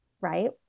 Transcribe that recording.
right